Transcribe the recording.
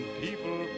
people